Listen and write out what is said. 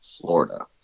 Florida